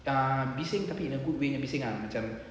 ah bising tapi in a good way nya bising ah macam